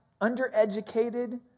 undereducated